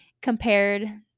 compared